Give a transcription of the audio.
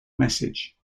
message